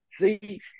See